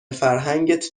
فرهنگت